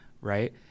Right